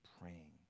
praying